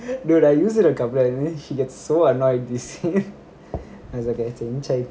dude I use it so annoy this